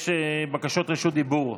יש בקשות רשות דיבור.